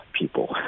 people